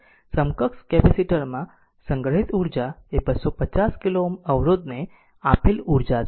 સમકક્ષ કેપેસિટર માં સંગ્રહિત ઉર્જા એ 250 કિલો Ω અવરોધને આપેલ ઉર્જા છે